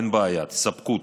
אין בעיה, תספקו.